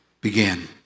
began